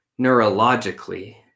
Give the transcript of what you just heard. neurologically